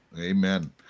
Amen